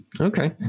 Okay